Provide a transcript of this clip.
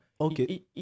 Okay